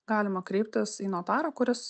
galima kreiptis į notarą kuris